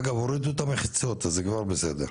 אגב, הורידו את המחציות, אז זה כבר בסדר.